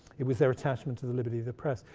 it was their attachment to the liberty of the press.